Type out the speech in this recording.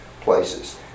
places